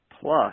plus